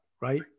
right